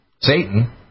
Satan